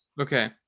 Okay